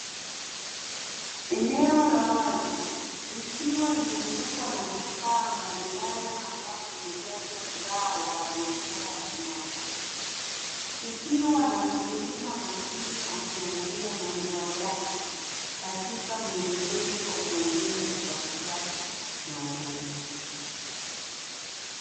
Eneo la wazi likiwa limezungukwa na vifaa mbalimbali ambavyo vimejazwa zao la biashara la nyanya, kukiwa na mkulima makini akiangalia mazao yake katika mwendelezo wa kuongeza kipato chake na cha taifa.